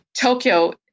Tokyo